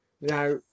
Now